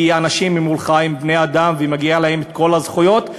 כי האנשים מולך הם בני-אדם ומגיעות להם כל הזכויות,